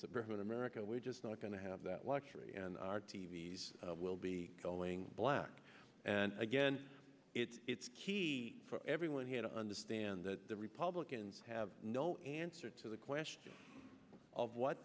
suburban america we're just not going to have that luxury and our t v s will be going black and again it's key for everyone here to understand that the republicans have no answer to the question of what